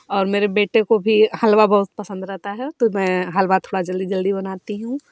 और मेरे बेटे को भी हलवा बहुत पसंद रहता है तो मैं हलवा थोड़ा जल्दी जल्दी बनाती हूँ